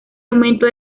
aumento